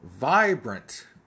vibrant